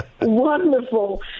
Wonderful